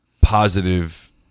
positive